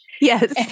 Yes